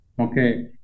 okay